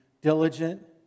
Diligent